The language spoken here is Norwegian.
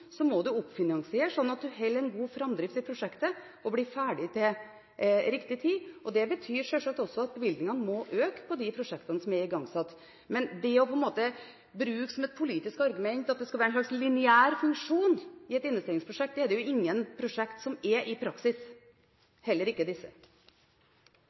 må de oppfinansieres slik at man holder en god framdrift i prosjektet og blir ferdig til riktig tid. Det betyr selvsagt også at bevilgningene må øke på de prosjektene som er igangsatt. Men det å bruke som et politisk argument at det skal være en slags lineær funksjon i et investeringsprosjekt, det er det jo ingen prosjekter som har i